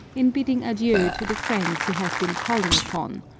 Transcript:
in bidding adieu to the friends he has been calling upon,